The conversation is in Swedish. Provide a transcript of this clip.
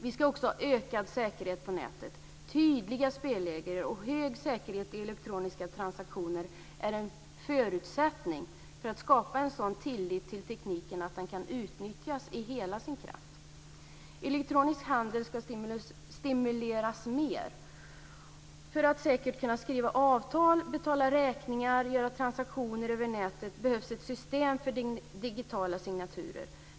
Vi ska också ha ökad säkerhet på nätet. Tydliga spelregler och hög säkerhet i elektroniska transaktioner är en förutsättning för att skapa en sådan tillit till tekniken att den kan utnyttjas i hela sin kraft. Elektronisk handel ska stimuleras mer. För att man säkert ska kunna skriva avtal, betala räkningar och göra transaktioner över nätet behövs ett system för digitala signaturer.